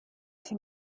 sin